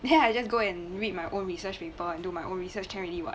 then I just go and read my own research report do my own research can already [what]